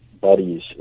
buddies